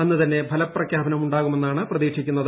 അന്നുതന്നെ ഫലപ്രഖ്യാപനം ഉണ്ടാവുമെന്നാണ് പ്രതീക്ഷിക്കുന്നത്